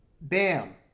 Bam